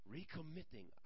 Recommitting